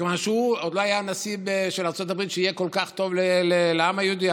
מכיוון שעוד לא היה נשיא של ארצות הברית שהיה כל כך טוב לעם היהודי.